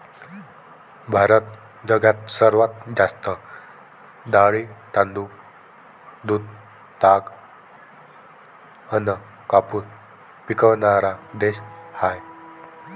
भारत जगात सर्वात जास्त डाळी, तांदूळ, दूध, ताग अन कापूस पिकवनारा देश हाय